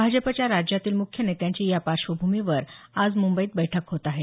भाजपच्या राज्यातील प्रमुख नेत्यांची या पार्श्वभूमीवर आज मुंबईत बैठक होत आहे